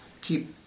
keep